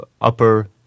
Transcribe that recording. upper